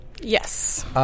Yes